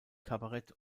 kabarett